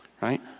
right